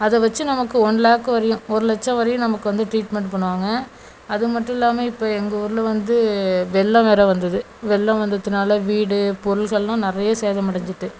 அதை வச்சு நமக்கு ஒன் லாக் வரையும் ஒரு லட்சம் வரையும் நமக்கு வந்து ட்ரீட்மெண்ட் பண்ணுவாங்க அது மட்டும் இல்லாமல் இப்போ எங்கள் ஊரில் வந்து வெள்ளம் வேறே வந்துது வெள்ளம் வந்தத்துனால் வீடு பொருள்கள்லாம் நிறைய சேதம் அடைஞ்சிட்டு